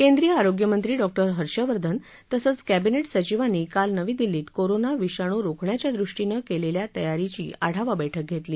केंद्रीय आरोग्यमंत्री डॉक्टर हर्षवर्धन तसंच कॅबिनेट सचिवांनी काल नवी दिल्लीत कोरना विषाणू रोखण्याच्यादृष्टीनं केलेल्या तयारीची आढावा बैठक घेतली